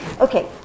Okay